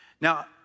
Now